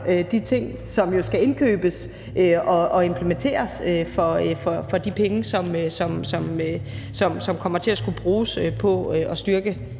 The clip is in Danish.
de ting, som jo skal indkøbes og implementeres for de penge, som kommer til at skulle bruges på at styrke